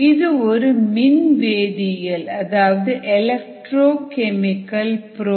இது ஒரு மின் வேதியியல் அதாவது எலக்ட்ரோ கெமிக்கல் ப்ரோப்